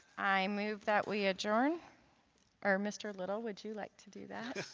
i move that we adjourn or mr. little would you like to do that?